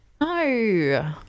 No